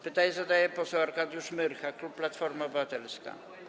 Pytanie zadaje poseł Arkadiusz Myrcha, klub Platforma Obywatelska.